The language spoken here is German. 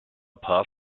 paz